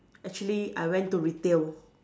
actually I went to retail